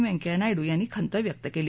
व्यंकय्या नायडु यांनी खंत व्यक्त केली